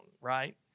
right